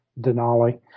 Denali